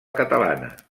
catalana